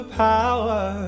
power